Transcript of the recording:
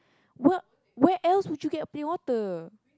what where else would you get plain water